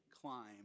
climb